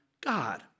God